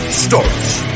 starts